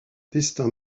destin